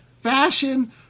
fashion